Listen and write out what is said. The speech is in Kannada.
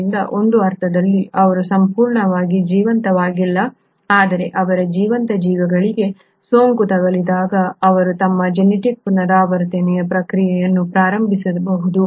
ಆದ್ದರಿಂದ ಒಂದು ಅರ್ಥದಲ್ಲಿ ಅವರು ಸಂಪೂರ್ಣವಾಗಿ ಜೀವಂತವಾಗಿಲ್ಲ ಆದರೆ ಅವರು ಜೀವಂತ ಜೀವಿಗಳಿಗೆ ಸೋಂಕು ತಗುಲಿದಾಗ ಅವರು ತಮ್ಮ ಜೆನೆಟಿಕ್ ಪುನರಾವರ್ತನೆಯ ಪ್ರಕ್ರಿಯೆಯನ್ನು ಪ್ರಾರಂಭಿಸಬಹುದು